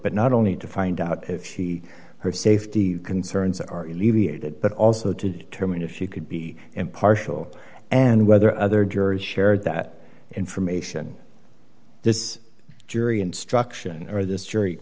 but not only to find out if she her safety concerns are you leaving but also to determine if she could be impartial and whether other jurors shared that information this jury instruction or this jury